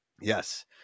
Yes